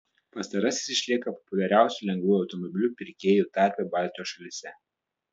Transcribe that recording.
pastarasis išlieka populiariausiu lengvuoju automobiliu pirkėjų tarpe baltijos šalyse